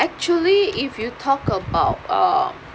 actually if you talk about uh